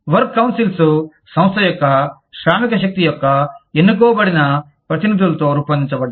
works councils సంస్థ యొక్క శ్రామిక శక్తి యొక్క ఎన్నుకోబడిన ప్రతినిధులతో రూపొందించబడ్డాయి